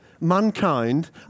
mankind